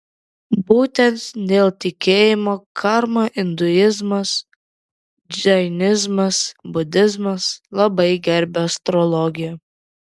būtent dėl tikėjimo karma induizmas džainizmas budizmas labai gerbia astrologiją